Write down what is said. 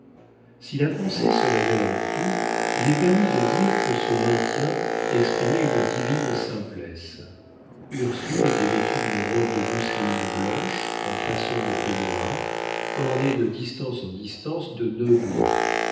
si la pensée se révèle en tout il est permis de dire que ce maintien exprimait une divine simplesse ursule était vêtue d'une robe de mousseline blanche en façon de peignoir ornée de distance en distance de nœuds